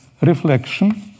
reflection